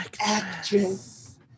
actress